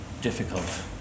difficult